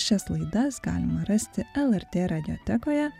šias laidas galima rasti lrt radijotekoje